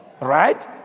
right